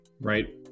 Right